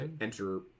enter